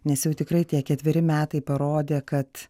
nes jau tikrai tie ketveri metai parodė kad